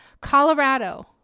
Colorado